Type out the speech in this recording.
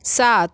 सात